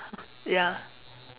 ya